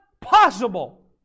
possible